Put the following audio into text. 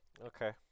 Okay